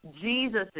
Jesus